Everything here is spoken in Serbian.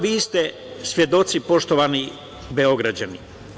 Vi ste, svedoci poštovani Beograđani.